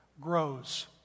grows